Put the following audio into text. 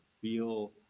feel